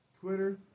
Twitter